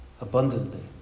abundantly